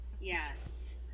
Yes